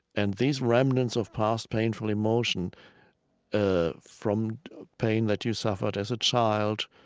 and these remnants of past painful emotion ah from pain that you suffered as a child,